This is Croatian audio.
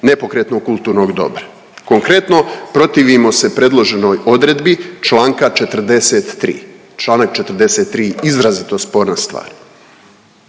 nepokretnog kulturnog dobra. Konkretno protivimo se predloženoj odredbi članka 43. Članak 43. je izrazito sporna stvar.